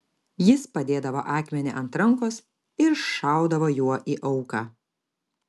jis padėdavo akmenį ant rankos ir šaudavo juo į auką